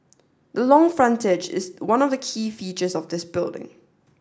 the long frontage is one of the key features of this building